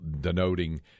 denoting